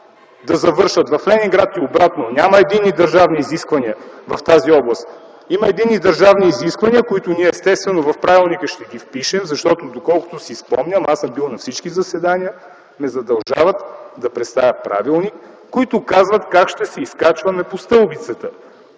да завършат в Ленинград и обратно. Няма единни държавни изисквания в тази област. Има единни държавни изисквания, които ние естествено ще впишем в правилника (доколкото си спомням, аз съм бил на всички заседания, ме задължават да представя правилник), които казват как ще се изкачваме по стълбицата